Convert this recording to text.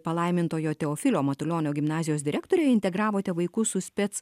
palaimintojo teofilio matulionio gimnazijos direktore integravote vaikus su spec